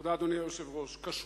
אדוני היושב-ראש, תודה.